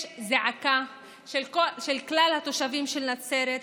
יש זעקה של כלל תושבי נצרת.